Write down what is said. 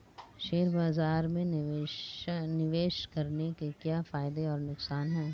Share बाज़ार में निवेश करने के क्या फायदे और नुकसान हैं?